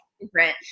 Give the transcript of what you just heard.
different